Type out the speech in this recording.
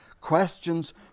Questions